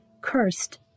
Cursed